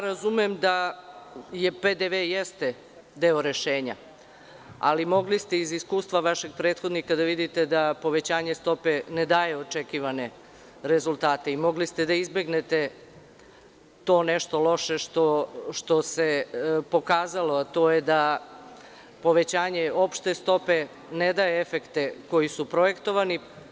Razumem da PDV jeste deo rešenja, ali mogli ste iz iskustva vašeg prethodnika da vidite da povećanje stope ne daje očekivane rezultate i mogli ste da izbegnete to nešto loše što se pokazalo, a to je da povećanje opšte stope ne daje efekte koji su projektovani.